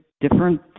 different